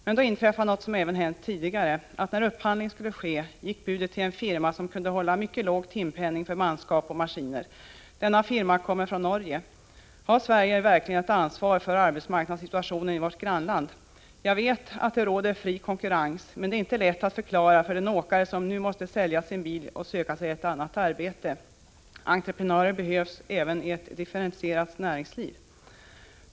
Men då inträffade något som även hänt tidigare. När upphandling skulle ske gick budet till en firma som kunde hålla mycket låg timpenning för manskap och maskiner. Denna firma kommer från Norge. Har Sverige verkligen ett ansvar för arbetsmarknadssituationen i vårt grannland? Jag vet att det råder fri konkurrens, men det är inte lätt att förklara för den åkare som nu måste sälja sin bil och söka sig ett annat arbete. Entreprenörer behövs även i ett differentierat näringsliv.